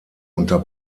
unter